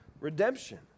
redemption